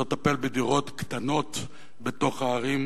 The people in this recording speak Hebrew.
צריך לטפל בדירות קטנות בתוך הערים,